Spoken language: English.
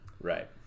Right